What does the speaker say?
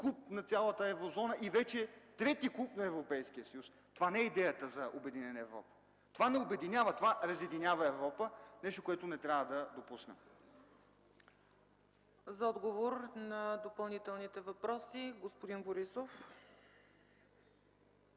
клуб на цялата Еврозона и вече трети клуб на Европейския съюз – това не е идеята за Обединена Европа. Това не обединява, това разединява Европа – нещо, което не трябва да допуснем. ПРЕДСЕДАТЕЛ ЦЕЦКА ЦАЧЕВА: За отговор на допълнителните въпроси – господин Борисов.